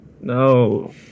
No